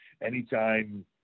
anytime